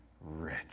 rich